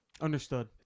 Understood